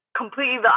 completely